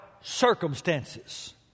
circumstances